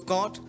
God